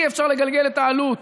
אי-אפשר לגלגל את העלות